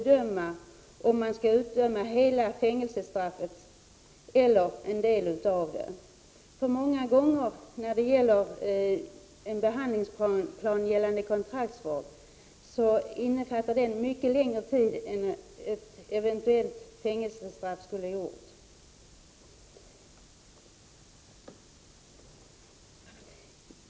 Domstolen kan då bedöma om hela fängelsestraffet eller en del av det skall utdömas. En behandlingsplan för kontraktsvård innefattar många gånger längre tid än ett eventuellt fängelsestraff.